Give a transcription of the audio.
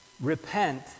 Repent